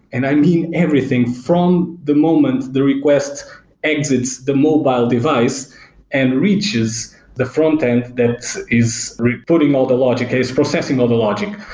and i mean everything from the moment the request exists the mobile mobile device and reaches the frontend that is putting all the logic, is processing all the logic.